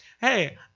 Hey